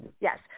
yes